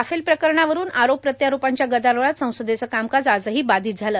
Rafale प्रकरणावरून आरोप प्रत्यारोपांच्या गदारोळात संसदेचं कामकाज आजही बाधित झालं